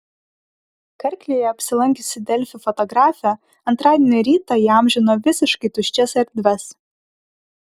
karklėje apsilankiusi delfi fotografė antradienio rytą įamžino visiškai tuščias erdves